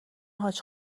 حاج